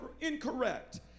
incorrect